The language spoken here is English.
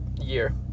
year